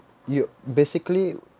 you basically